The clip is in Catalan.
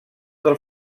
del